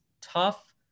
tough